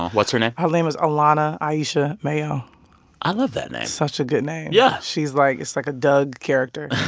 what's her name? her name is alana aisha mayo i love that name such a good name yeah she's like it's like a doug character